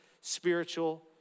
spiritual